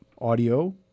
audio